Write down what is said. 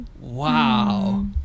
Wow